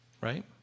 Right